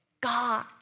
God